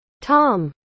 Tom